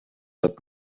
that